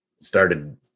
started